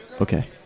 Okay